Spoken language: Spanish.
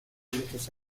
muchos